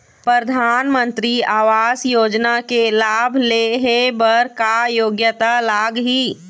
परधानमंतरी आवास योजना के लाभ ले हे बर का योग्यता लाग ही?